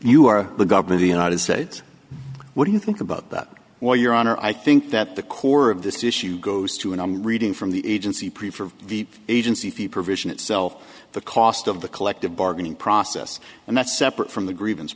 you are the government the united states what do you think about that well your honor i think that the core of this issue goes to and i'm reading from the agency prefer the agency fee provision itself the cost of the collective bargaining process and that's separate from the grievance